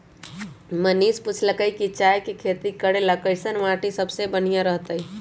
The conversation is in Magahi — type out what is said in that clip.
मनीष पूछलकई कि चाय के खेती करे ला कईसन माटी सबसे बनिहा रहतई